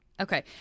Okay